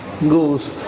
goes